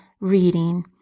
reading